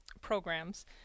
programs